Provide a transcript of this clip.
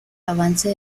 avance